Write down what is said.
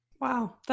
Wow